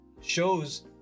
shows